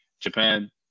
Japan